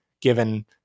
given